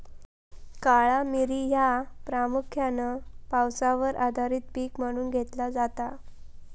काळा मिरी ह्या प्रामुख्यान पावसावर आधारित पीक म्हणून घेतला जाता